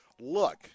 look